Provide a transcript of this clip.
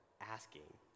asking